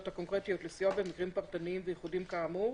הקונקרטיות לסיוע במקרים פרטניים וייחודיים כאמור,